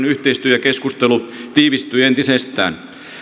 yhteistyö ja keskustelu tiivistyi entisestään